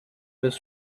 with